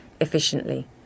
efficiently